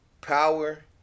Power